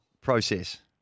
process